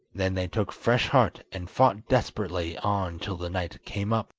then they took fresh heart and fought desperately on till the knight came up,